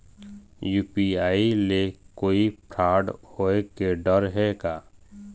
UPI ले कोई fraud होए के डर हे का?